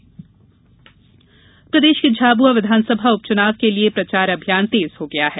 झाबुआ चुनाव प्रदेश के झाबुआ विधानसभा उपचुनाव के लिए प्रचार अभियान तेज हो गया है